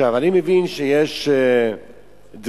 אני מבין שיש דרישות,